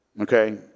Okay